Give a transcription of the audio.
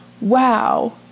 wow